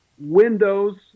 windows